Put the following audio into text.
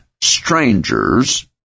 strangers